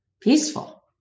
peaceful